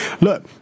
Look